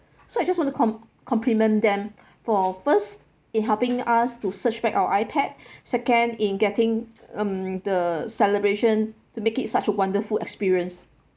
so I just want to com~ compliment them for first in helping us to search back our ipad second in getting um the celebration to make it such a wonderful experience